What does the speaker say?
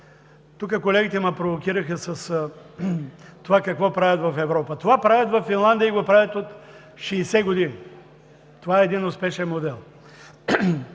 Тук колегите ме провокираха с това какво правят в Европа. Това го правят във Финландия и го правят от 60 години. Това е един успешен модел.